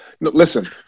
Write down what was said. Listen